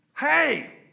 hey